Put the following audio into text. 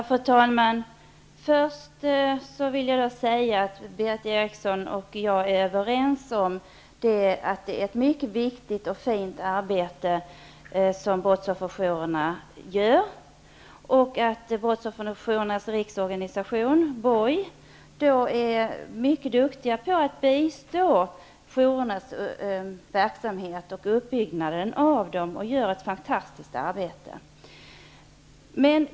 Fru talman! Berith Eriksson och jag är överens om att brottsofferjourerna utför ett mycket viktigt och fint arbete. Brottsofferjourernas riksorganisation, BOJ, är mycket bra på att bistå jourernas verksamhet och uppbyggnaden av dem och gör ett fantastiskt arbete.